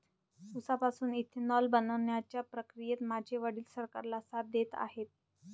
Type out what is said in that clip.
उसापासून इथेनॉल बनवण्याच्या प्रक्रियेत माझे वडील सरकारला साथ देत आहेत